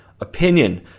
opinion